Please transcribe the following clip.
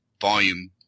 volume